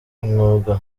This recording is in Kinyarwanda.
umwuga